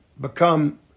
become